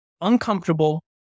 Uncomfortable